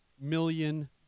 million